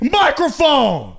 microphone